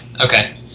okay